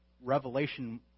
revelation